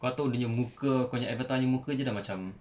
kau tahu dia nya muka kau nya avatar nya muka dah macam